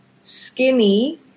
skinny